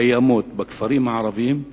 הקיימות בכפרים הערביים,